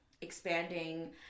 expanding